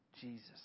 Jesus